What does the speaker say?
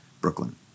Brooklyn